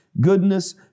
goodness